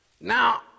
Now